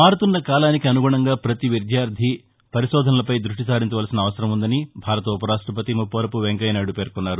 మారుతున్న కాలానికి అనుగుణంగా పతి విద్యార్ది పరిశోధనలపై దృష్టి సారించాల్సిన అవసరం ఉందని భారత ఉపరాష్టపతి ముప్పవరపు వెంకయ్యనాయుడు పేర్కొన్నారు